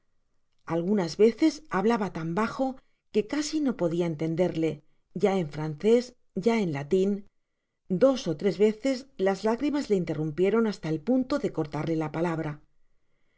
algunas reces hablaba tan bajo que casi no podia entenderlo ya en francés ya en latiu dos ó tres veces las lágrimas le interrumpieron hasta el punto de corlarle la palabra